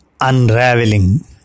unraveling